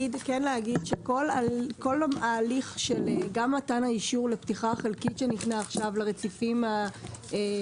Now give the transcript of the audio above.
כל ההליך של גם מתן האישור של פתיחה חלקית שניתנה כעת לרציפים 7,